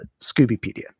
Scoobypedia